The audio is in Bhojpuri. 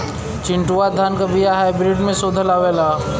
चिन्टूवा धान क बिया हाइब्रिड में शोधल आवेला?